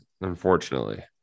unfortunately